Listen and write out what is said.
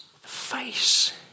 face